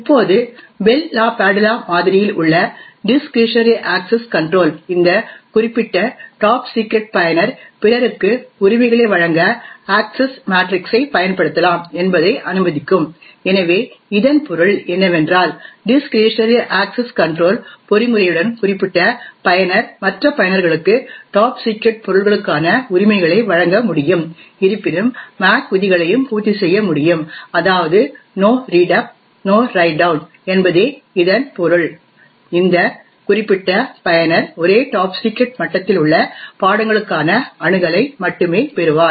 இப்போது Bell LaPadula மாதிரியில் உள்ள டிஸ்க்ரிஷனரி அக்சஸ் கன்ட்ரோல் இந்த குறிப்பிட்ட டாப் சிக்ரெட் பயனர் பிறருக்கு உரிமைகளை வழங்க அக்சஸ் மேட்ரிக்ஸைப் பயன்படுத்தலாம் என்பதை அனுமதிக்கும் எனவே இதன் பொருள் என்னவென்றால் டிஸ்க்ரிஷனரி அக்சஸ் கன்ட்ரோல் பொறிமுறையுடன் குறிப்பிட்ட பயனர் மற்ற பயனர்களுக்கு டாப் சிக்ரெட் பொருள்களுக்கான உரிமைகளை வழங்க முடியும் இருப்பினும் MAC விதிகளையும் பூர்த்தி செய்ய வேண்டும் அதாவது no read up no write down என்பதே இதன் பொருள் இந்த குறிப்பிட்ட பயனர் ஒரே டாப் சிக்ரெட் மட்டத்தில் உள்ள பாடங்களுக்கான அணுகலை மட்டுமே பெறுவார்